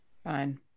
Fine